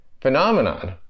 phenomenon